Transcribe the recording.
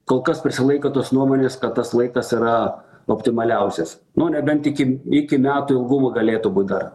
kol kas prisilaiko tos nuomonės kad tas laikas yra optimaliausias nu nebent iki iki metų ilgumo galėtų būt dar